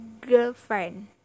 girlfriend